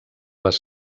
les